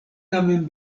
tamen